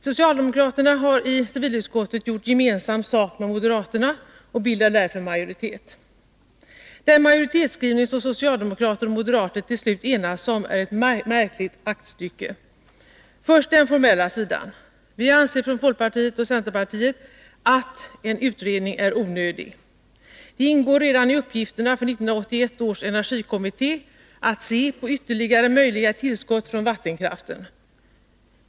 Socialdemokraterna har i utskottet gjort gemensam sak med moderaterna och bildar därför majoritet. Den majoritetsskrivning som socialdemokrater och moderater till slut har enats om är ett märkligt aktstycke. Jag vill först ta upp den formella sidan. Vi anser från folkpartiet och centerpartiet att en utredning är onödig. Det ingår redan i uppgifterna för 1981 års energikommitté att se på ytterligare möjliga tillskott från vattenkraften.